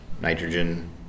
nitrogen